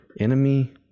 enemy